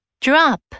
Drop